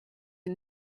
est